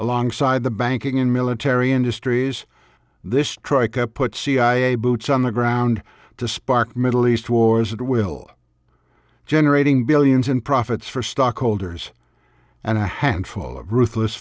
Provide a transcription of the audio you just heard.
alongside the banking and military industries this strike up put cia boots on the ground to spark middle east wars it will generating billions in profits for stockholders and a handful of ruthless